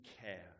care